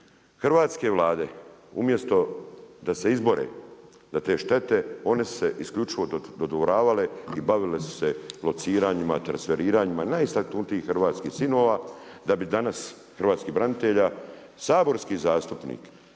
hrvatske Vlade umjesto da se izbore za te štete, one su se isključivo dodvoravale i bavile su se lociranjima, transferiranjima najistaknutijih hrvatskih sinova, da bi danas, hrvatskih branitelja, saborski zastupnik